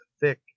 thick